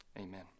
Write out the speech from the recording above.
amen